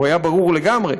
הוא היה ברור לגמרי,